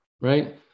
right